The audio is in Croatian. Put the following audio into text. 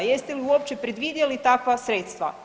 Jeste li uopće predvidjeli takva sredstva?